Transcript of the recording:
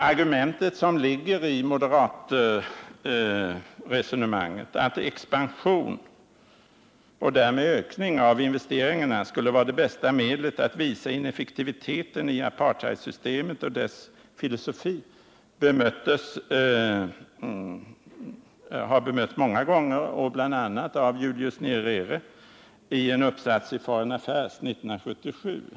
Moderaternas argument att ekonomisk expansion och därmed ökning av investeringarna skulle vara det bästa medlet att visa ineffektiviteten i apartheidsystemet och dess filosofi har bemötts många gånger, bl.a. av Julius Nyerere i en uppsats i Foreign Affairs 1977.